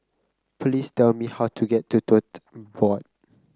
please tell me how to get to Tote Board